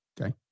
Okay